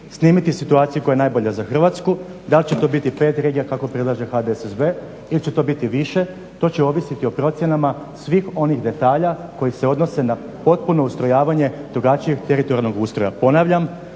snimiti situaciju koja je najbolja za Hrvatsku. Da li će to biti 5 regija kako predlaže HDSSB ili će to biti više to će ovisiti o procjenama svih onih detalja koji se odnose na potpuno ustrojavanje drugačijeg teritorijalnog ustroja